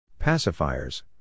Pacifiers